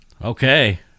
Okay